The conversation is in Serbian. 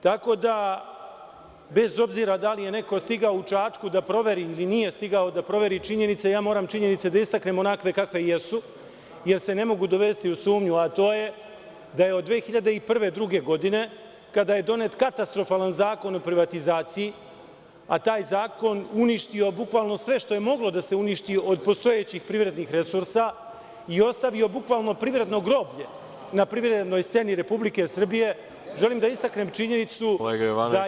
Tako da, bez obzira da li je neko stigao u Čačku da proveri ili nije stigao da proveri činjenice, ja moram činjenice da istaknem onakve kakve jesu, jer se ne mogu dovesti u sumnju, a to je da je od 2001-2002. godine, kada je donet katastrofalan Zakon o privatizaciji, a taj zakon uništio bukvalno sve što je moglo da se uništi od postojećih privrednih resursa i ostavio bukvalno privredno groblje na privrednoj sceni Republike Srbije, želim da istaknem činjenicu da je…